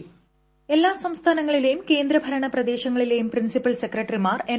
വോയിസ്റ്റ് എല്ലാ സംസ്ഥാനങ്ങളിലെയും ക്ഷ്യന്ദ്ഭ്രണ പ്രദേശങ്ങളിലെയും പ്രിൻസിപ്പൽ സെക്രട്ടറിമാർ എൻ